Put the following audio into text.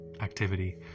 activity